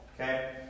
okay